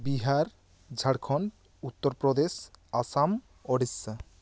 Bihar Jharkhand Uttar Pradesh Assam Odisha